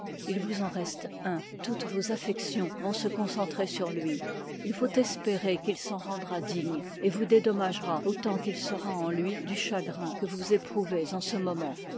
il vous en reste un toutes vos affections vont se concentrer sur lui il faut espérer qu'il s'en rendra digne et vous dédommagera autant qu'il sera en lui du chagrin que vous éprouvez en ce moment